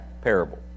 parable